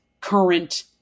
current